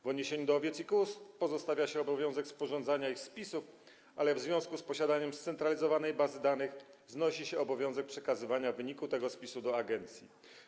W odniesieniu do owiec i kóz pozostawia się obowiązek sporządzania ich spisów, ale w związku z posiadaniem scentralizowanej bazy danych znosi się obowiązek przekazywania wyniku tego spisu do agencji.